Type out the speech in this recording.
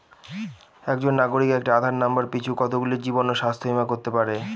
একজন নাগরিক একটি আধার নম্বর পিছু কতগুলি জীবন ও স্বাস্থ্য বীমা করতে পারে?